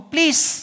Please